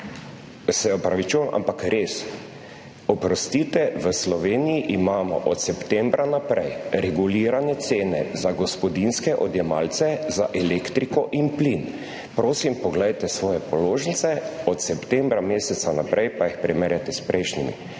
se opravičujem. Ampak res, oprostite, v Sloveniji imamo od septembra naprej regulirane cene za gospodinjske odjemalce, za elektriko in plin. Prosim, poglejte svoje položnice od septembra meseca naprej, pa jih primerjate s prejšnjimi.